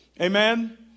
amen